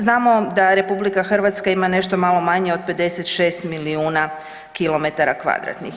Znamo da RH ima nešto malo manje od 56 milijuna km2.